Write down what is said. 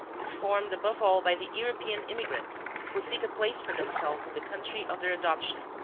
is formed above all by the european immigrants who seek a place for themselves in the country of their adoption,